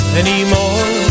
anymore